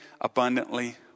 abundantly